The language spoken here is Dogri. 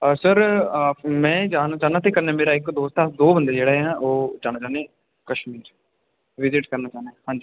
सर में जाना चाह्न्नां ते कन्नै मेरा इक दोस्त ऐ अस दो बंदे जेह्ड़े आं जाना चाह्न्ने आं कश्मीर विजिट करना चाह्न्ने हांजी